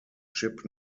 ship